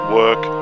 work